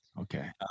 Okay